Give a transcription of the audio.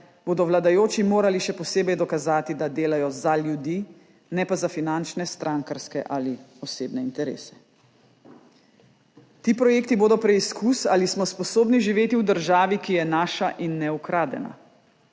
bodo vladajoči morali še posebej dokazati, da delajo za ljudi, ne pa za finančne, strankarske ali osebne interese. Ti projekti bodo preizkus, ali smo sposobni živeti v državi, ki je naša in ne ukradena.